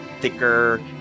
thicker